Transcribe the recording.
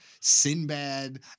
Sinbad